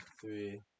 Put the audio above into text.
three